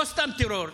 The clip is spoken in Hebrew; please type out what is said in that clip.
לא סתם טרור,